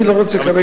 אני לא רוצה כרגע,